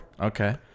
Okay